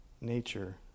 nature